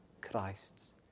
Christ's